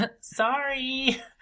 Sorry